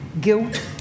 guilt